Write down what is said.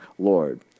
Lord